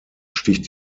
sticht